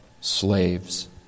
slaves